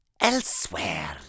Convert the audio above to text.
Elsewhere